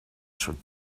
should